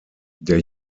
der